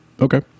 Okay